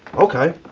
okay.